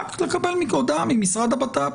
או במצבים אחרים,